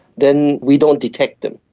then we don't detect them.